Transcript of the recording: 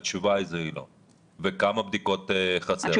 כמה בדיקות חסרות?